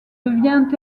devient